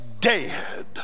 dead